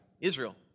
Israel